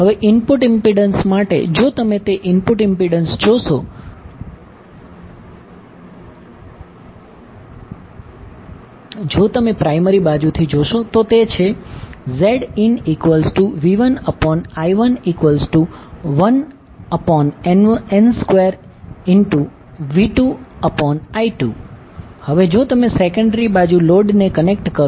હવે input impedance માટે જો તમે તે ઇનપુટ ઇમ્પિડન્સ જોશો જો તમે પ્રાયમરી બાજુથી જોશો તો તે છે ZinV1I11n2V2I2 હવે જો તમે સેકન્ડરી બાજુ લોડ ને કનેક્ટ કરો